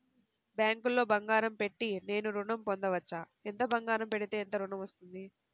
బ్యాంక్లో బంగారం పెట్టి నేను ఋణం పొందవచ్చా? ఎంత బంగారం పెడితే ఎంత ఋణం వస్తుంది?